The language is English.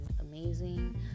amazing